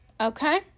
Okay